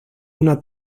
una